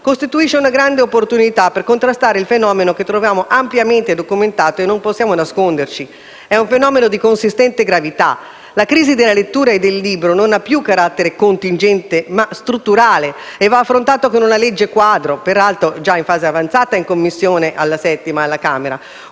costituisce una grande opportunità per contrastare un fenomeno, che troviamo ampiamente documentato e che - non possiamo nascondercelo - è di consistente gravità. La crisi della lettura e del libro non ha più un carattere contingente, ma strutturale e va affrontata con una legge quadro, peraltro già in fase avanzata nella 7a Commissione della Camera: